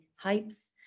hypes